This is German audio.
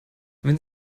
wenn